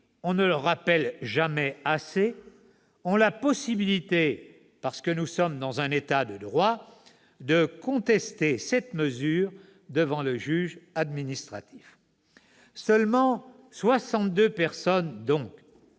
on ne le rappelle jamais assez, ont la possibilité, parce que nous sommes dans un état de droit, de contester cette mesure devant le juge administratif. Seulement 62 personnes, cela